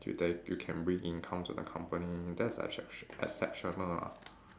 you can you can bring income to the company that's exceptio~ that's exceptional ah